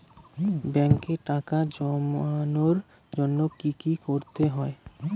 ব্যাংকে টাকা জমানোর জন্য কি কি করতে হয়?